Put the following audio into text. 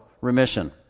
remission